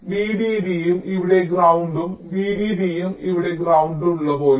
VDD യും ഇവിടെയും ground VDD യും ഇവിടെ ഗ്രൌണ്ട് പോലെ